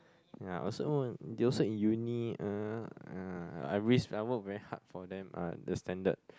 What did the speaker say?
ya I also they also in uni ah uh I risk I work very hard for them ah the standard